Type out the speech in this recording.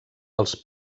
els